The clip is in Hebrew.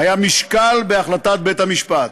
היה משקל בהחלטת בית-המשפט.